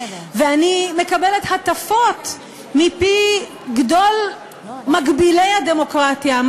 ואני מקבלת הטפות מפי גדול מגבילי הדמוקרטיה,